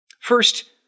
First